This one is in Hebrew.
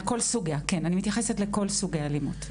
על כל סוגיה, כן, אני מתייחסת לכל סוגי האלימות.